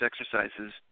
exercises